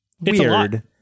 weird